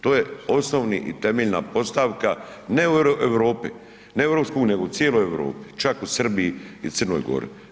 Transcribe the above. To je osnovni i temeljna postavka, ne u Europi, ne u EU-i, nego u cijeloj Europi, čak u Srbiji i Crnoj Gori.